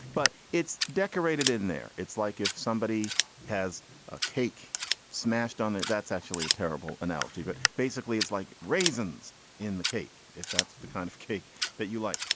but it's decorated in there. it's like if somebody has a cake smashed on it, that's actually a terrible analogy. but basically it's like raisins in the cake if that's the kind of cake that you like.